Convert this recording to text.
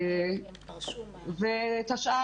את השאר,